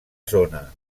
zona